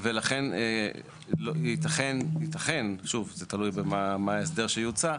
ולכן, ייתכן, שוב, זה תלוי מה ההסדר שיוצע,